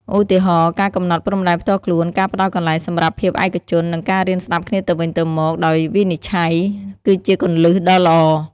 ឧទាហរណ៍ ការកំណត់ព្រំដែនផ្ទាល់ខ្លួន ការផ្តល់កន្លែងសម្រាប់ភាពឯកជន និងការរៀនស្តាប់គ្នាទៅវិញទៅមកដោយវិនិច្ឆ័យ គឺជាគន្លឹះដ៏ល្អ។